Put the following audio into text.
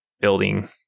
building